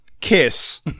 kiss